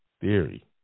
theory